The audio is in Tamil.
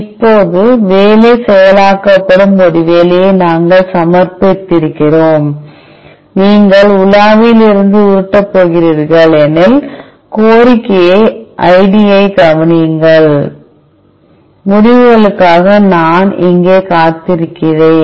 இப்போது வேலை செயலாக்கப்படும் ஒரு வேலையை நாங்கள் சமர்ப்பித்திருக்கிறோம் நீங்கள் உலாவியில் இருந்து உருட்டப் போகிறீர்கள் எனில் கோரிக்கை ஐடியைக் கவனியுங்கள் முடிவுகளுக்காக நான் இங்கே காத்திருக்கிறேன்